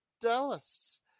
Dallas